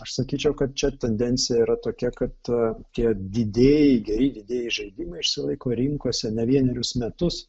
aš sakyčiau kad čia tendencija yra tokia kad tie didieji geri didieji žaidimai išsilaiko rinkose ne vienerius metus